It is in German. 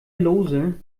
lose